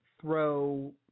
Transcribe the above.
throw